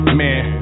man